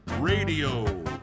Radio